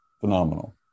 Phenomenal